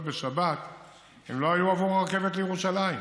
בשבת לא היו עבור הרכבת לירושלים,